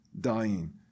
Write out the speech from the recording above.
dying